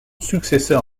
successeur